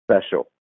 special